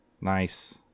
Nice